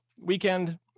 weekend